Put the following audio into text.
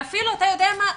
ואפילו אתה יודע מה?